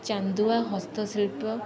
ଚାନ୍ଦୁଆ ହସ୍ତଶିଳ୍ପ